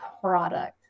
product